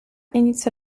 inizia